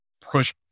push